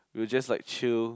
we'll just like chill